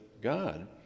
God